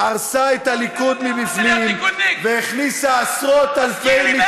אתה בכלל יודע מה זה גיהינום?